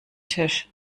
tisch